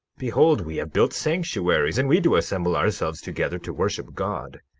behold, we have built sanctuaries, and we do assemble ourselves together to worship god.